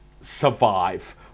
survive